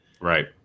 Right